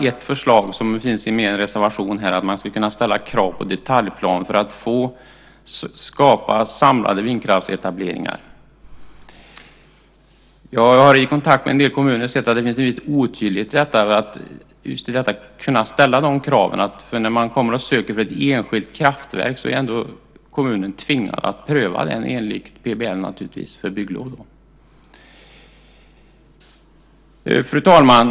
Ett förslag som finns i min reservation är att man ska kunna ställa krav på detaljplan för att skapa samlade vindkraftsetableringar. Jag har vid kontakter med en del kommuner sett att det finns en viss otydlighet när det gäller att kunna ställa dessa krav, för när man söker bygglov för ett enskilt kraftverk är kommunen tvingad att göra en prövning enligt PBL. Fru talman!